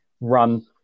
run